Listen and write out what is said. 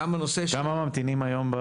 כמה ממתינים היום?